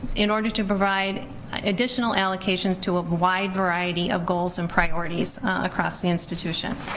in order to provide additional allocations to a wide variety of goals and priorities across the institution.